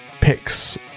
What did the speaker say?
picks